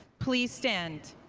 please stand.